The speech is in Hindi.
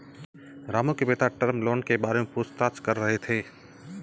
रामू के पिता टर्म लोन के बारे में पूछताछ कर रहे थे